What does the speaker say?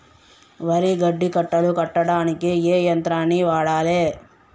వరి గడ్డి కట్టలు కట్టడానికి ఏ యంత్రాన్ని వాడాలే?